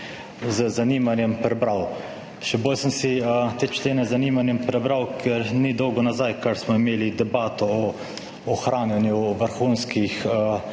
z zanimanjem prebral. Še bolj sem si te člene prebral z zanimanjem zato, ker ni dolgo nazaj, kar smo imeli debato o ohranjanju vrhunskih